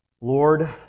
Lord